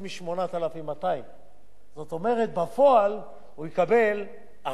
זאת אומרת, בפועל הוא יקבל הרבה יותר מ-43.5.